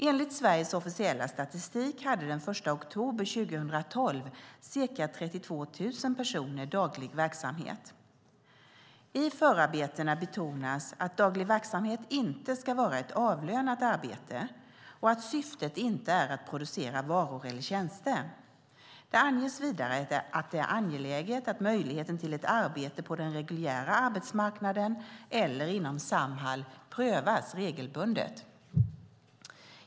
Enligt Sveriges officiella statistik hade den 1 oktober 2012 ca 32 000 personer daglig verksamhet. I förarbetena betonas att daglig verksamhet inte ska vara ett avlönat arbete och att syftet inte är att producera varor eller tjänster. Det anges vidare att det är angeläget att möjligheten till ett arbete på den reguljära arbetsmarknaden eller inom Samhall prövas regelbundet.